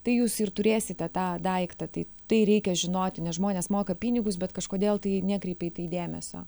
tai jūs ir turėsite tą daiktą tai tai reikia žinoti nes žmonės moka pinigus bet kažkodėl tai nekreipia į tai dėmesio